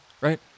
right